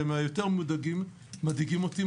והם יותר מדאיגים אותי,